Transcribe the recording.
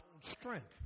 strength